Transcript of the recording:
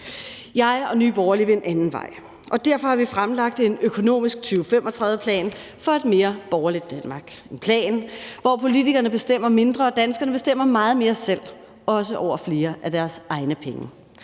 Jeg og Nye Borgerlige vil en anden vej. Og derfor har vi fremlagt en økonomisk 2035-plan for et mere borgerligt Danmark. Det er en plan, hvor politikerne bestemmer mindre og danskerne bestemmer meget mere selv, også over flere af deres egne penge.